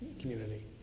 community